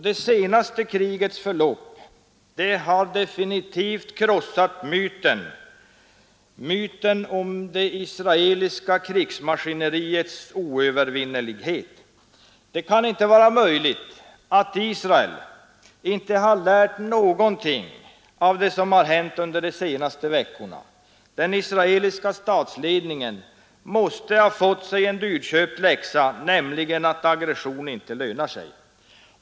Det senaste krigets förlopp har definitivt krossat myten om det israeliska krigsmaskineriets oövervinnelighet. Det är inte möjligt att Israel inte har lärt någonting av det som har hänt under de senaste veckorna. Den israeliska statsledningen måste ha fått sig en dyrköpt läxa, nämligen den att aggression inte lönar sig.